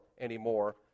anymore